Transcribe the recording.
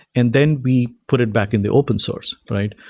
and then we put it back in the open source, right?